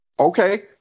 Okay